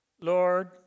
Lord